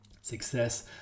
Success